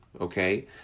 okay